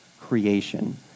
creation